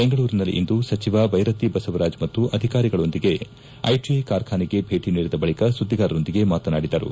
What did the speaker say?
ಬೆಂಗಳೂರಿನಲ್ಲಿಂದು ಸಚಿವ ಬೈರತಿ ಬಸವರಾಜ್ ಮತ್ತು ಅಧಿಕಾರಿಗಳೊಂದಿಗೆ ಐಟಿಐ ಕಾರ್ಖಾನೆಗೆ ಭೇಟಿ ನೀಡಿದ ಬಳಿಕ ಸುದ್ದಿಗಾರರೊಂದಿಗೆ ಮಾತನಾಡಿದರು